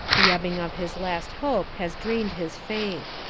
the ebbing of his last hope has drained his faith.